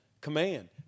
command